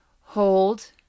Hold